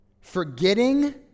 Forgetting